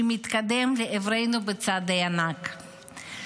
שמתקדמת לעברנו בצעדי ענק.